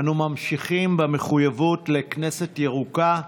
אנו ממשיכים במחויבות לכנסת ירוקה,